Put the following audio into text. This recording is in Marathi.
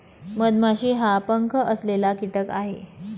मधमाशी हा पंख असलेला कीटक आहे